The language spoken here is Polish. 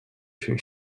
się